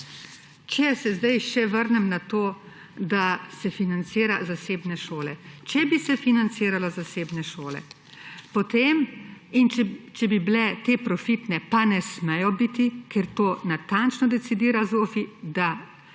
če se zdaj še vrnem na to, da se financira zasebne šole. Če bi se financiralo zasebne šole in če bi bile te profitne, pa ne smejo biti, ker to natančno decidira ZOFVI, da